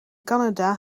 canada